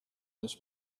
this